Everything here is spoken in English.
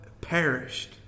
perished